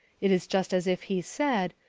it is just as if he said,